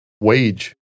wage